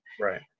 Right